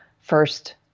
first